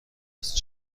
است